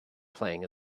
playing